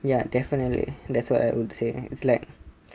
ya definitely that's what I would say it's like